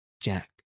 Jack